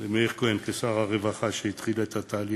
למאיר כהן, כשר הרווחה שהתחיל את התהליך,